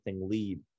lead